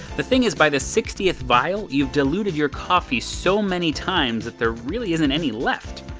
the thing is, by the sixtieth vial you've diluted your coffee so many times that there really isn't any left.